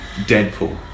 Deadpool